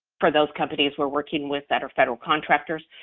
for those companies were working with that are federal contractors,